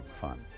fun